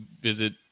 visit